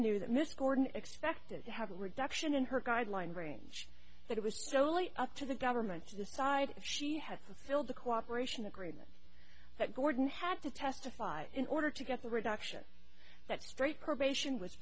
knew that miss gordon expected to have a reduction in her guideline range that it was solely up to the government to decide if she had to fill the cooperation agreement that gordon had to testify in order to get the reduction that straight